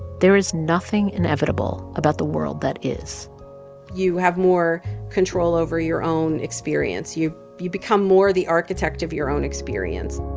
there is nothing inevitable about the world that is you have more control over your own experience. you you become more the architect of your own experience